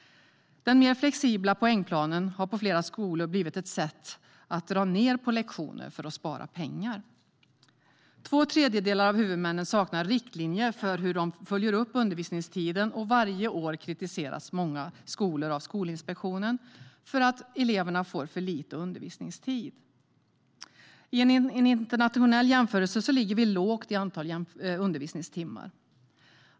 Den mer flexibla poängplanen har på flera skolor blivit ett sätt att dra ned på lektioner för att spara pengar. Två tredjedelar av huvudmännen saknar riktlinjer för hur de följer upp undervisningstiden. Varje år kritiseras många skolor av Skolinspektionen för att eleverna får för lite undervisningstid. I en internationell jämförelse ligger Sverige lågt i antalet undervisningstimmar.